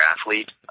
athlete